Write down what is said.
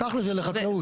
תכלס זה לחקלאות.